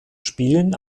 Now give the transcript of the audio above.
spielen